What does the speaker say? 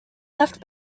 left